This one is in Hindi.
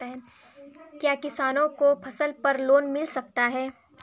क्या किसानों को फसल पर लोन मिल सकता है?